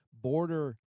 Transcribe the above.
border